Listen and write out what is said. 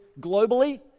globally